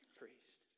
priest